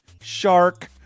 Shark